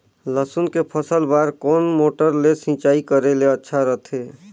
लसुन के फसल बार कोन मोटर ले सिंचाई करे ले अच्छा रथे?